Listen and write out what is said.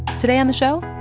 today on the show,